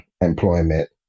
employment